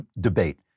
debate